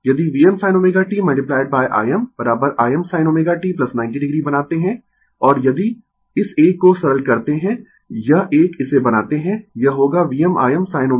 यदि Vm sin ω t ImIm sin ω t 90 o बनाते है और यदि इस एक को सरल करते है यह एक इसे बनाते है यह होगा VmIm sin ω t